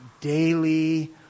daily